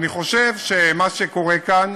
אני חושב שמה שקורה כאן